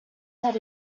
that